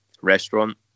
restaurant